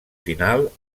final